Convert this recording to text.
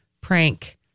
prank